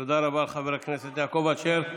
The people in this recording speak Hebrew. תודה רבה, חבר הכנסת יעקב אשר.